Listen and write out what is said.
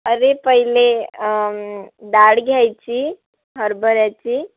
अरे पहिले डाळ घ्यायची हरभऱ्याची